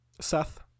Seth